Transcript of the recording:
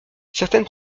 certaines